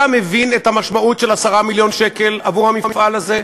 אתה מבין את המשמעות של 10 מיליון שקל עבור המפעל הזה?